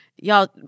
y'all